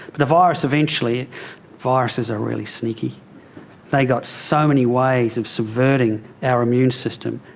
but the virus eventually viruses are really sneaky they've got so many ways of subverting our immune system.